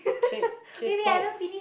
K~ K-pop